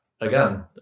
again